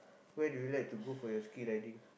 where do you like to go for your skii riding